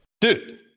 Dude